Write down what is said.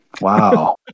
wow